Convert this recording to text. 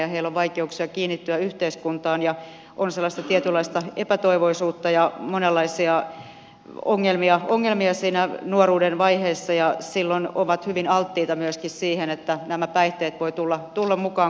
heillä on vaikeuksia kiinnittyä yhteiskuntaan ja on sellaista tietynlaista epätoivoisuutta ja monenlaisia ongelmia nuoruuden vaiheessa ja silloin he ovat hyvin alttiita myöskin sille että päihteet voivat tulla mukaan kuvioihin